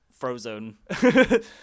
Frozone